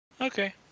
Okay